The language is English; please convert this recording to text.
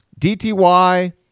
DTY